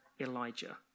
Elijah